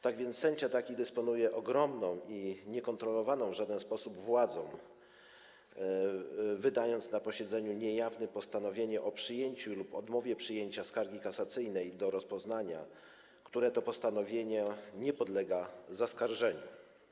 Tak więc sędzia taki dysponuje ogromną i niekontrolowaną w żaden sposób władzą, wydając na posiedzeniu niejawnym postanowienie o przyjęciu lub odmowie przyjęcia skargi kasacyjnej do rozpoznania, które to postanowienie nie podlega zaskarżeniu.